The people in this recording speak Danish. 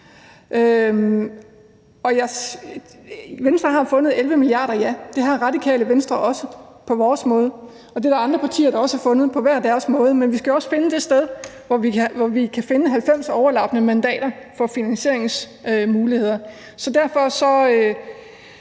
Venstre har fundet 11 mia. kr. – ja. Det har vi i Radikale Venstre også på vores måde, og det er der andre partier der også har fundet på hver deres måde. Men vi skal jo også finde det sted og de finansieringsmuligheder, hvor vi